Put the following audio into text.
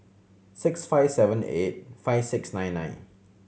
six five seven eight five six nine nine